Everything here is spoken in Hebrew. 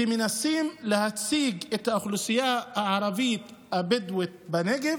ומנסים להציג את האוכלוסייה הערבית הבדואית בנגב